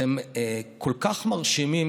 שהם כל כך מרשימים,